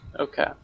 Okay